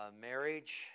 marriage